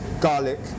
garlic